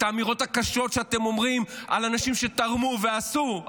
את האמירות הקשות שאתם אומרים על אנשים שתרמו ועשו,